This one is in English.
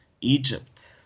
Egypt